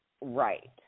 right